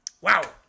Wow